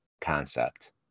concept